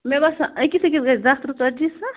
مےٚ باسان أکِس أکِس دَہ ترٕٛہ ژتجی ساس